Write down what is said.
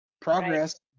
progress